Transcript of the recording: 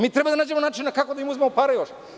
Mi treba da nađemo način kako da im uzmemo pare još.